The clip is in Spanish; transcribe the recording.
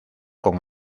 con